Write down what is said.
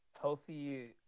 healthy